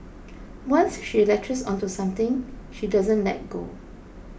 once she latches onto something she doesn't let go